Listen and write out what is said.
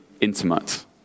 intimate